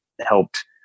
helped